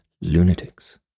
lunatics